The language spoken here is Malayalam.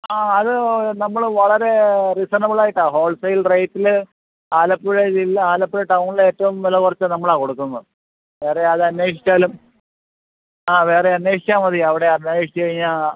ആ അത് നമ്മൾ വളരെ റീസണബിളായിട്ടാണ് ഹോള് സെയില് റേറ്റിൽ ആലപ്പുഴ ജില്ല ആലപ്പുഴ ടൌണിലേറ്റവും വില കുറച്ച് നമ്മളാ കൊടുക്കുന്നത് വേറെ അത് അന്വേഷിച്ചാലും ആ വേറെ അന്വേഷിച്ചാൽ മതിയവിടെ അന്വേഷിച്ച് കഴിഞ്ഞാൽ